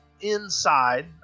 inside